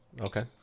Okay